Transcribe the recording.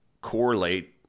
correlate